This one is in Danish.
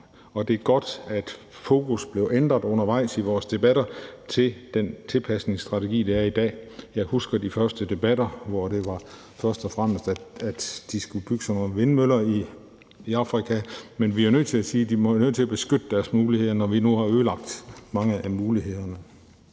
Og det er godt, at fokus blev ændret undervejs i vores debatter til den tilpasningsstrategi, der er i dag. Jeg husker de første debatter, hvor det først og fremmest var, at de skulle bygge sådan nogle vindmøller i Afrika. Men vi er nødt til at sige, at de er nødt til at beskytte deres muligheder, når vi nu har ødelagt mange af mulighederne.